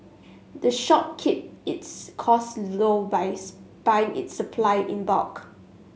the shop keep its costs low buys buying it supply in bulk